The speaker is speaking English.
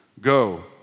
Go